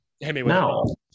No